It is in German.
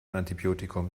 antibiotikum